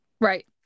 Right